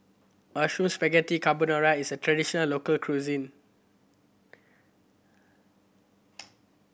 Mushroom Spaghetti Carbonara is a traditional local cuisine